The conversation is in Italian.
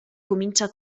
comincia